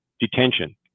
detention